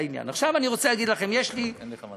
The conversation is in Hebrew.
עכשיו, אני רוצה להגיד לכם, יש לי מנהג